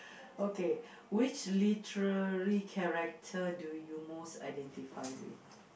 okay which literary character do you most identify with